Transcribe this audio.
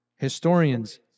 Historians